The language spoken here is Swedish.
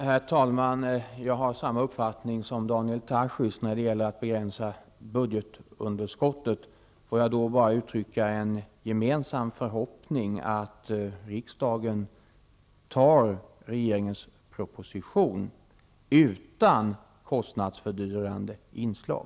Herr talman! Jag har samma uppfattning som Daniel Tarschys när det gäller att begränsa budgetunderskottet. Jag uttrycker en gemensam förhoppning att riksdagen antar regeringens proposition utan kostnadsfördyrande inslag.